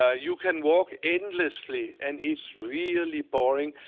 ah you can walk endlessly, and it's really boring,